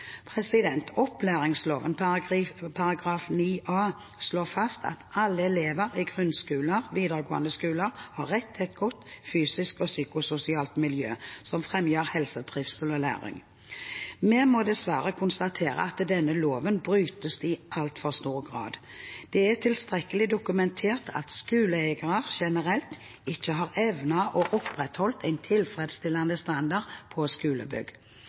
Opplæringsloven § 9a-1 slår fast: «Alle elevar i grunnskolar og vidaregåande skolar har rett til eit godt fysisk og psykososialt miljø som fremjar helse, trivsel og læring.» Vi må dessverre konstatere at denne loven brytes i altfor stor grad. Det er tilstrekkelig dokumentert at skoleeiere generelt ikke har evnet å opprettholde en tilfredsstillende standard på skolebygg.